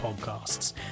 Podcasts